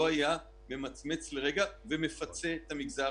לא היה ממצמץ לרגע ומפצה את המגזר